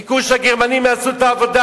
חיכו שהגרמנים יעשו את העבודה.